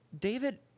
David